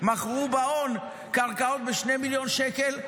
מכרו בהאון קרקעות ב-2 מיליון שקל,